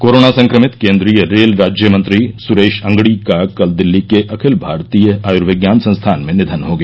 corona संक्रमित केंद्रीय rail राज्यमंत्री सुरेश अंगड़ी का कल दिल्ली के अखिल भारतीय आयुर्विज्ञान संस्थान में निधन हो गया